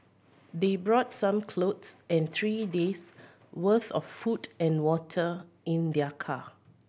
they brought some clothes and three days' worth of food and water in their car